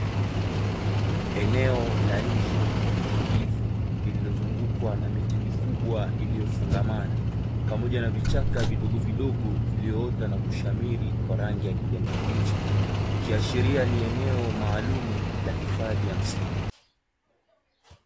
Eneo la nje tulivu, lililozungukwa na miti mikubwa iliyofungamana pamoja na vichaka vidogovidogo viliyoota na kushamiri kwa rangi ya kijani kibichi, ikiashiria ni eneo maalumu la hifadhi ya msitu.